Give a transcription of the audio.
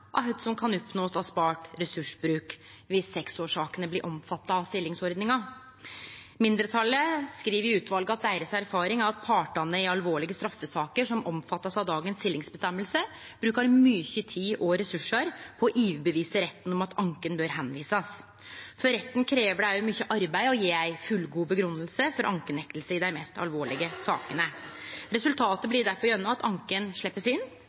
avgrensa kva ein kan oppnå av spart ressursbruk dersom seksårssakene blir omfatta av silingsordninga. Mindretalet i utvalet skriv at deira erfaring er at partane i alvorlege straffesaker som blir omfatta av dagens silingsregel, brukar mykje tid og ressursar på å overtyde retten om at anken bør tilvisast. For retten krev det også mykje arbeid å gje ei fullgod grunngjeving for ankenekting i dei mest alvorlege sakene. Resultatet blir difor gjerne at anken blir sleppt inn,